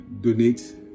donate